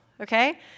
okay